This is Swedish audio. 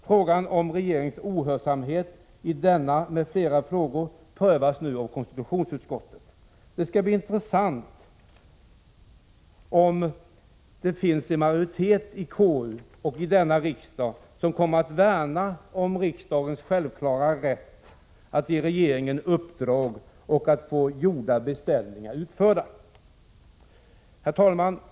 Frågan om regeringens ohörsamhet i denna m.fl. frågor prövas för närvarande i konstitutionsutskottet. Det skall bli intressant att se om en majoritet i utskottet och i riksdagen kommer att värna om riksdagens självklara rätt att ge regeringen uppdrag och att få gjorda beställningar utförda. Herr talman!